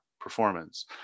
performance